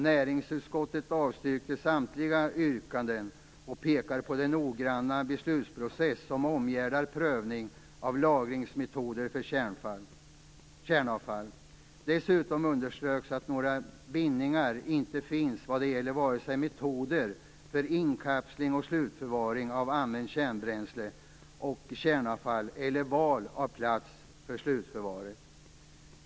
Näringsutskottet avstyrkte samtliga yrkanden och pekade på den noggranna beslutsprocess som omgärdar prövning av lagringsmetoder för kärnavfall. Dessutom underströks att några bindningar inte fanns vad gäller vare sig metoder för inkapsling och slutförvaring av använt kärnbränsle och kärnavfall eller val av plats för slutförvaret.